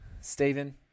Stephen